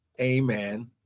Amen